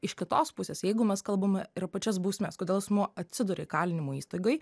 iš kitos pusės jeigu mes kalbame ir pačias bausmes kodėl asmuo atsiduria įkalinimo įstaigoj